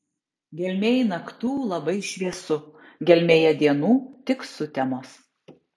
gelmėj naktų labai šviesu gelmėje dienų tik sutemos